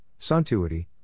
Suntuity